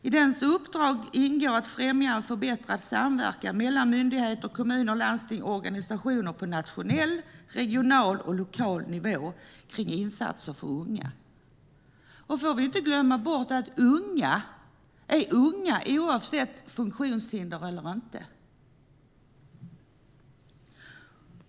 I samordnarens uppdrag ingår att främja och förbättra samverkan mellan myndigheter, kommuner, landsting och organisationer på nationell, regional och lokal nivå när det gäller insatser för unga. Vi får inte glömma bort att unga är unga oavsett om de har funktionshinder eller inte.